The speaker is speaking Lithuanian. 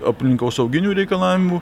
aplinkosauginių reikalavimų